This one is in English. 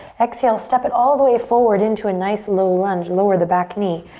exhale, step it all the way forward into a nice low lunge, lower the back knee.